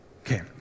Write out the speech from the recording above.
Okay